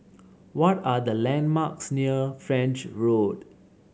what are the landmarks near French Road